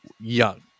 young